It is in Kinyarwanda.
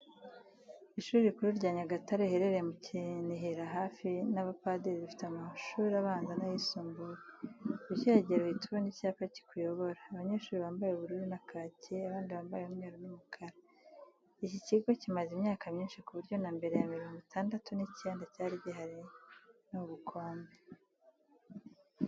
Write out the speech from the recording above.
Ishuri rikuru rya Nyagatare riherereye mukinihira hafi n'abapadiri rifite amahuri abanza n'ayisumbuye ukihagera uhita ubona icyapa kikuyobora. Abanyeshuri bambaye ubururu na kaki abandi bambaye umweru n'umukara. iki kigo kimaze imyaka myinshi kuburyo nambere ya mirongo itandatu nicyenda cyari gihari nubukombe.